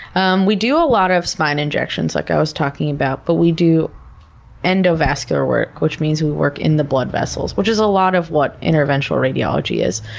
um we do a lot of spine injections, like i was talking about, but we do endovascular work, which means we work in the blood vessels. which is a lot of what interventional radiology is.